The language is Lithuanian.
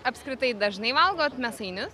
apskritai dažnai valgot mėsainius